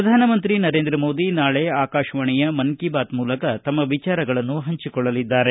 ಪ್ರಧಾನ ಮಂತ್ರಿ ನರೇಂದ್ರ ಮೋದಿ ನಾಳಿ ಆಕಾಶವಾಣಿಯ ಮನ್ ಕಿ ಬಾತ್ ಮೂಲಕ ತಮ್ನ ವಿಚಾರಗಳನ್ನು ಹಂಚಿಕೊಳ್ಳಲಿದ್ದಾರೆ